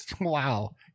wow